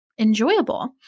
Enjoyable